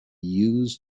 used